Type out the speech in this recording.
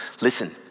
Listen